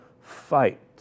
fight